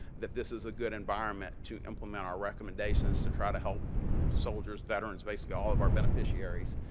that this is a good environment to implement our recommendations to try to help soldiers, veterans, basically all of our beneficiaries.